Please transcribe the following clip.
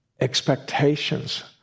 expectations